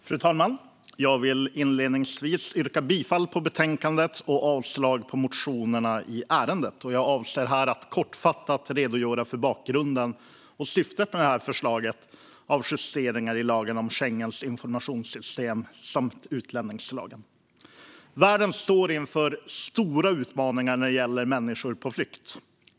Fru talman! Inledningsvis vill jag yrka bifall till förslaget i betänkandet och avslag på motionerna i ärendet. Jag avser här att kortfattat redogöra för bakgrunden till och syftet med detta förslag om justeringar i lagen om Schengens informationssystem samt utlänningslagen. Världen står inför stora utmaningar när det gäller människor på flykt.